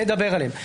נדבר עליהן.